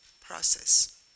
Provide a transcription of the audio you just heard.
process